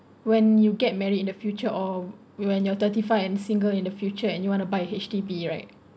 when you get married in the future or when you're thirty five and single in the future and you want to buy a H_D_B right